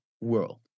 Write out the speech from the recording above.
world